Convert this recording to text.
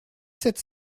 sept